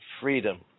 freedom